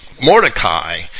Mordecai